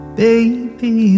baby